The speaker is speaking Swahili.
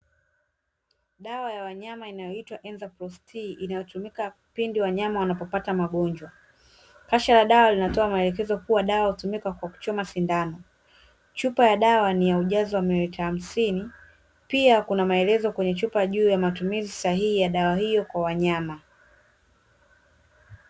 Dawa ya wanyama inayoitwa "Enzaprost T" inayotumika pindi wanayama wanapopata magonjwa. Kasha la dawa linatoa maelekezo kuwa dawa hutumika kwa kuchoma sindano. Chupa ya dawa ni ya ujazo wa mililita hamsini, pia kuna maelezo kwenye chupa juu ya matumizi sahihi ya dawa hiyo kwa wanyama.